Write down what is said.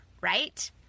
right